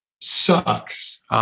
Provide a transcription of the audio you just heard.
sucks